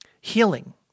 healing